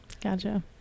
Gotcha